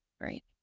right